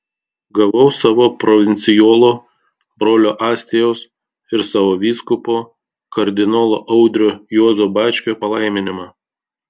gavau savo provincijolo brolio astijaus ir savo vyskupo kardinolo audrio juozo bačkio palaiminimą